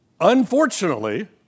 Unfortunately